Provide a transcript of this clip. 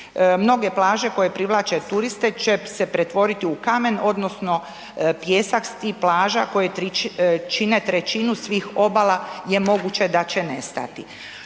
Mnoge plaže koje privlače turiste će se pretvoriti u kamen, odnosno pijesak s tih plaža koje čine trećinu svih obala je moguće da će nestati.